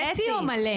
חצי או מלא?